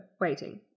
waiting